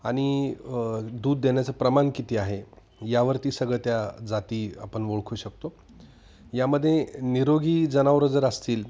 आणि दूध देण्याचं प्रमाण किती आहे यावरती सगळं त्या जाती आपण ओळखू शकतो यामध्ये निरोगी जनावरं जर असतील